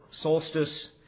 solstice